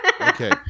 okay